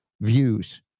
views